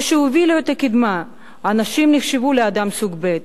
אלה שהובילו את הקדמה, הנשים נחשבו לאדם סוג ב',